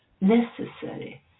necessary